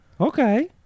Okay